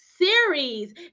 Series